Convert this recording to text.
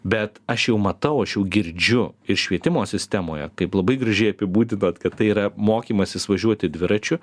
bet aš jau matau aš jau girdžiu ir švietimo sistemoje kaip labai gražiai apibūdinot kad tai yra mokymasis važiuoti dviračiu